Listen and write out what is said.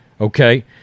Okay